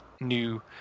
new